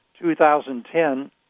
2010